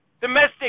domestic